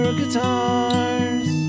guitars